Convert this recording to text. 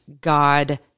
God